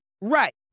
right